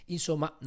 Insomma